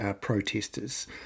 protesters